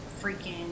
freaking